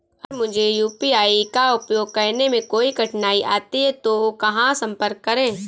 अगर मुझे यू.पी.आई का उपयोग करने में कोई कठिनाई आती है तो कहां संपर्क करें?